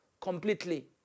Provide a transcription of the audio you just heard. completely